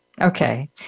Okay